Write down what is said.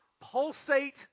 pulsate